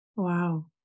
Wow